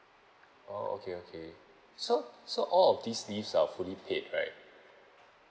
oh okay okay so so all of these leaves are fully paid right